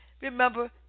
remember